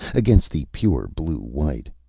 against the pure blue-white.